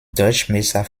durchmesser